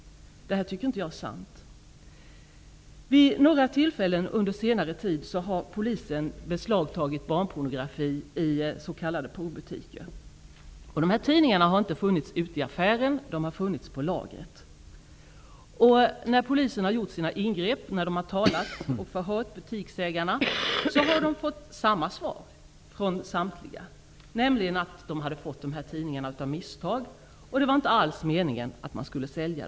Jag tycker inte att det är sant. Vid några tillfällen under senare tid har polisen beslagtagit barnpornografi i s.k. porrbutiker. Tidningarna har inte funnits ute i affären utan på lagret. När poliserna har gjort sina ingripanden och när de har förhört butiksägarna, har de från samtliga butiksägare fått samma svar, nämligen att de hade fått tidningarna av misstag och att det inte alls var meningen att de skulle säljas.